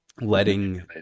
letting